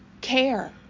care